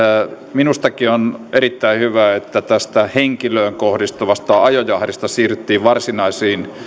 minustakin on erittäin hyvä että tästä henkilöön kohdistuvasta ajojahdista siirryttiin varsinaisiin